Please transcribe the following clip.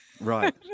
Right